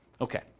Okay